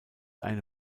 eine